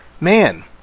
man